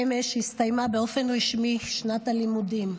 אמש הסתיימה באופן רשמי שנת הלימודים,